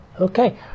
Okay